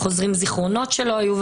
חוזרים זיכרונות שלא היו.